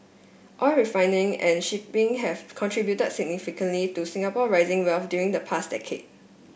oil refining and shipping have contributed significantly to Singapore rising wealth during the past decade